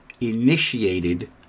initiated